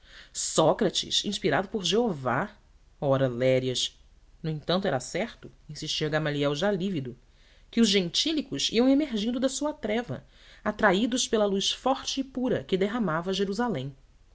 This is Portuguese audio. sócrates inspirado por jeová ora lérias no entanto era certo insistia gamaliel já lívido que os gentílicos iam emergindo da sua treva atraídos pela luz forte e pura que derramava jerusalém